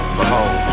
behold